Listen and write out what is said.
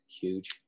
Huge